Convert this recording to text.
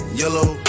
yellow